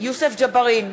יוסף ג'בארין,